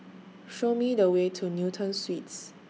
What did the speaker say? Show Me The Way to Newton Suites